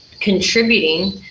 contributing